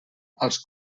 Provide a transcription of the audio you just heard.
als